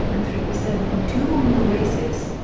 and three percent from two or more races.